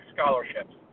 scholarships